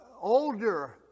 older